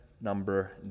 number